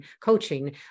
coaching